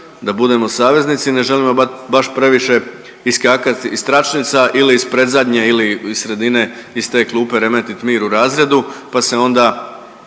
da budemo saveznici i ne želimo baš previše iskakati iz tračnica ili iz predzadnje ili iz sredine iz te klupe remetiti mir u razredu pa se onda